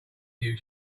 you